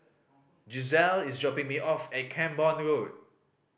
Gisselle is dropping me off at Camborne Road